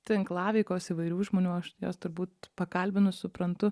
tinklaveikos įvairių žmonių aš juos turbūt pakalbinus suprantu